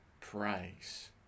praise